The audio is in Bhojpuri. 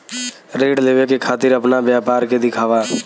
ऋण लेवे के खातिर अपना व्यापार के दिखावा?